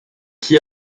qu’y